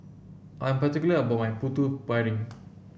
I'm particular about my Putu Piring